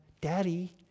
daddy